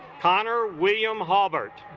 connor william hulbert